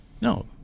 No